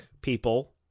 people